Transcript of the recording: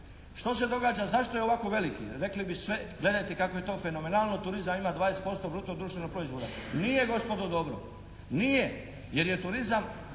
Što se događa, zašto je ovako veliki? Rekli bi sve, gledajte kako je to fenomenalno, turizam ima 20% bruto društvenog proizvoda. Nije gospodo dobro, nije. Jer je turizam